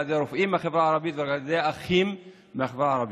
ידי רופאים מהחברה הערבית ועל ידי אחים מהחברה הערבית.